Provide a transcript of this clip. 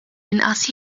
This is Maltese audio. inqas